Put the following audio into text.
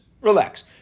relax